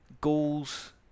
Goals